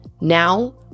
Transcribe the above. Now